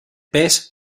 pez